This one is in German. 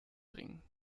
bringen